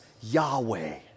Yahweh